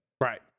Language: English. right